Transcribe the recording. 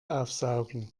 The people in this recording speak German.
aufsaugen